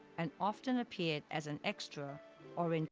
and often appeared as an extra or in